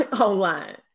online